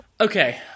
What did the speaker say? Okay